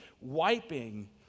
wiping